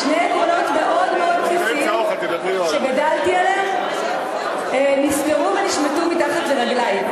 שני עקרונות מאוד בסיסיים שגדלתי עליהם נסתרו ונשמטו מתחת לרגלי.